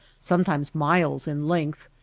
sometimes miles in length,